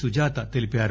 సుజాత తెలిపారు